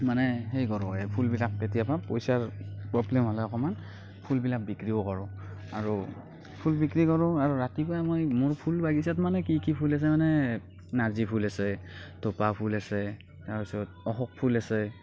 মানে সেই কৰোঁ এই ফুলবিলাক কেতিয়াবা পইচাৰ প্ৰব্লেম হ'লে অকণমান ফুলবিলাক বিক্ৰীও কৰোঁ আৰু ফুল বিক্ৰী কৰোঁ আৰু ৰাতিপুৱাই মই মোৰ ফুল বাগিচাত মানে কি কি ফুল আছে মানে নাৰ্জি ফুল আছে থোপা ফুল আছে তাৰ পাছত অশোক ফুল আছে